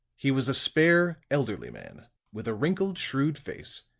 he was a spare, elderly man with a wrinkled, shrewd face,